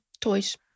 Toys